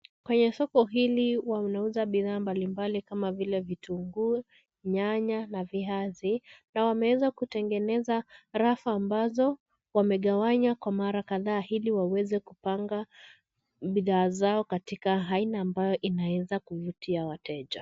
Kwenye soko hili, wanauza bidhaa mbali mbali kama vile vitunguu, nyanya na viazi na wameanza kutengeneza rafu ambazo wamegawanywa kwa mara kadhaa ili waweze kupanga bidhaa zao katika aina ambayo inaweza kuvutia wateja.